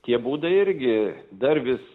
tie būdai irgi dar vis